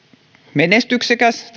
menestyksekäs